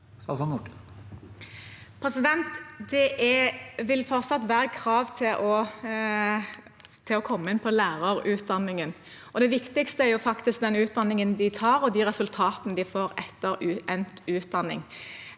Det vil fortsatt være krav for å komme inn på lærerutdanningen. Det viktigste er faktisk den utdanningen man tar, og de resultatene man får etter endt utdanning.